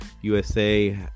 USA